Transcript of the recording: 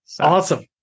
Awesome